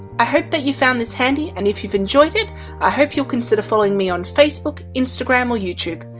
i hope that you found this handy and if you've enjoyed it i hope you'll consider following me on facebook, instagram or youtube.